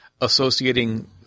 associating